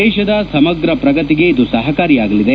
ದೇಶದ ಸಮಗ್ರ ಪ್ರಗತಿಗೆ ಇದು ಸಹಕಾರಿಯಾಗಲಿದೆ